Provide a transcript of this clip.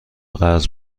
قرض